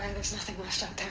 and there's nothing left